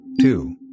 Two